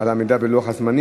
את העמידה בלוח הזמנים.